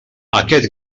aquest